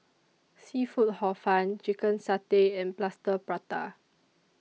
Seafood Hor Fun Chicken Satay and Plaster Prata